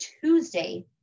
Tuesday